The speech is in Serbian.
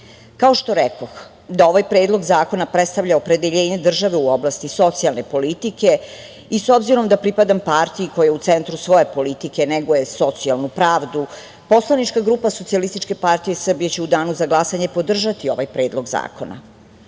što rekoh, ovaj Predlog zakona predstavlja opredeljenje države u oblasti socijalne politike i s obzirom da pripadam partiji koja u centru svoje politike neguje socijalnu pravdu poslanička grupa SPS će u danu za glasanje podržati ovaj Predlog zakona,